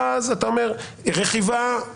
ואז אתה אומר: "רכיבה אסור,